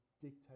dictate